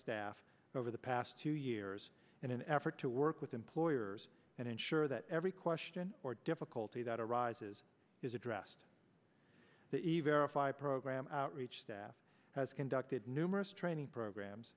staff over the past two years in an effort to work with employers and ensure that every question or difficulty that arises is addressed that even our five program outreach staff has conducted numerous training programs